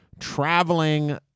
traveling